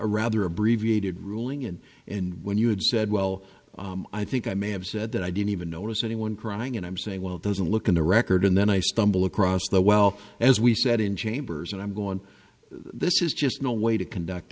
rather abbreviated ruling and and when you had said well i think i may have said that i didn't even notice anyone crying and i'm saying well there's a look in the record and then i stumble across the well as we said in chambers and i'm going this is just no way to conduct